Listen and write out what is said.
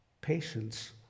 Patience